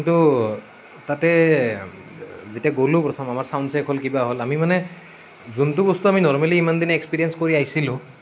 কিন্তু তাতে যেতিয়া গ'লোঁ প্ৰথম আমাৰ চাউণ্ড চেক হ'ল কিবা হ'ল আমি মানে যোনটো বস্তু আমি নৰমেলি ইমানদিনে এক্সপিৰিয়েঞ্চ কৰি আহিছিলোঁ